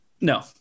No